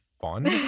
fun